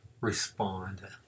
respond